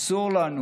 אסור לנו,